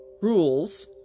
rules